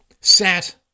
sat